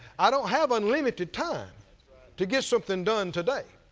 i don't have unlimited time to get something done today.